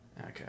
Okay